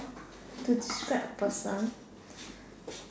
to describe a person